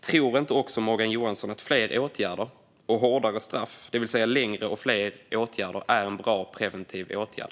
Tror inte också Morgan Johansson att hårdare och längre straff är en bra preventiv åtgärd?